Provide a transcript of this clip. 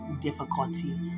difficulty